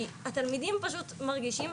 כי התלמידים פשוט מרגישים,